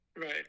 right